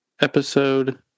episode